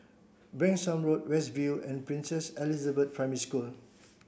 Branksome Road West View and Princess Elizabeth Primary School